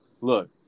look